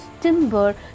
timber